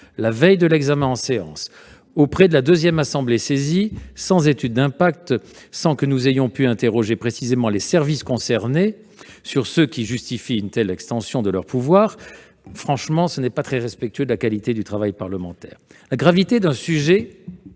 la veille de l'examen en séance auprès de la deuxième assemblée saisie, sans étude d'impact, sans que nous ayons pu interroger précisément les services concernés sur ce qui justifie une telle extension de leurs pouvoirs, n'est pas très respectueux de la qualité du travail parlementaire. La gravité d'un tel